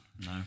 No